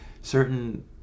certain